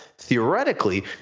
theoretically